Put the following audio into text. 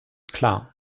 klar